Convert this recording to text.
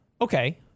okay